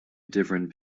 different